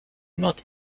not